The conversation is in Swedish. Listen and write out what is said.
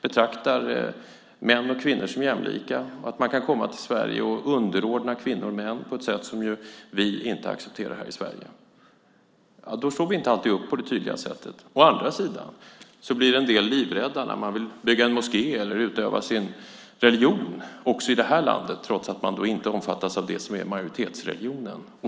betraktar män och kvinnor som jämlika, att man kommer till Sverige och underordna kvinnor och män på ett sätt som vi inte accepterar här i Sverige. Då står vi inte alltid upp på det tydliga sättet. Å andra sidan blir en del livrädda när man vill bygga en moské eller utöva sin religion också i det här landet, trots att man inte omfattas av det som är majoritetsreligionen.